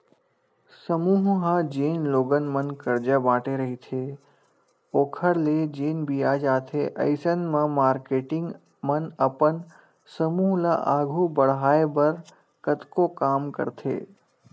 समूह ह जेन लोगन मन करजा बांटे रहिथे ओखर ले जेन बियाज आथे अइसन म मारकेटिंग मन अपन समूह ल आघू बड़हाय बर कतको काम करथे